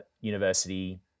university